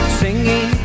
singing